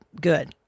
good